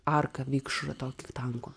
arką vikšrą to tanko